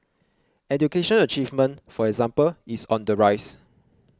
education achievement for example is on the rise